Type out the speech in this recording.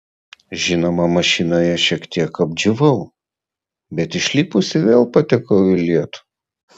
žinoma mašinoje šiek tiek apdžiūvau bet išlipusi vėl patekau į lietų